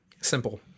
simple